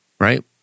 Right